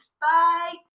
Bye